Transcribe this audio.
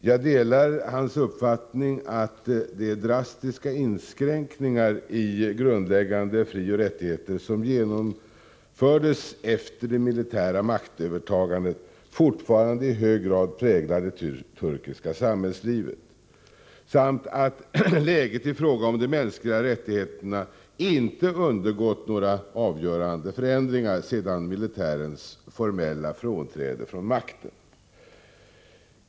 Jag delar utrikesministerns uppfattning att de drastiska inskränkningar i grundläggande frioch rättigheter som genomfördes efter det militära maktövertagandet fortfarande i hög grad präglar det turkiska samhällslivet samt att läget i fråga om de mänskliga rättigheterna inte undergått några avgörande förändringar sedan militärens formella frånträde från makten.